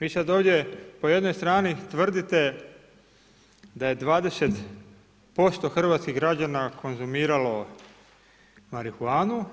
Vi sad ovdje po jednoj strani tvrdite da je 20% hrvatskih građana konzumiralo marihuane